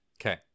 Okay